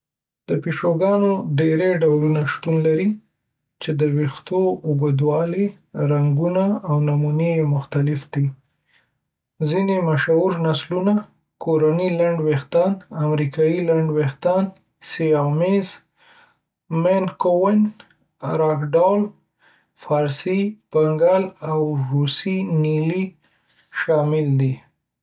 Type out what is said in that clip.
د پیشوګانو ډیری ډولونه شتون لري، چې د ویښتو اوږدوالی، رنګونه او نمونې یې مختلف دي. ځینې مشهور نسلونه کورني لنډ ویښتان، امریکایی لنډ ویښتان، سیامیز، مین کوون، راګډول، فارسي، بنګال، او روسی نیلي شامل دي.